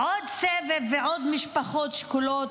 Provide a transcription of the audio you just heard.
עוד סבב ועוד משפחות שכולות?